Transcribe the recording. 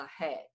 ahead